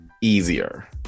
easier